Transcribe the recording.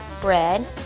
bread